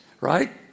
right